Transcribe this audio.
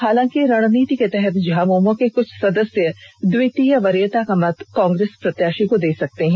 हालांकि रणनीति के तहत झामुमो के कृछ सदस्य द्वितीय वरीयता का मत कांग्रेस प्रत्याशी को दे सकते है